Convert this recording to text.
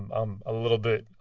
i'm a little bit.